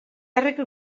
herriko